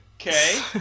Okay